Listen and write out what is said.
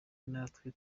natwe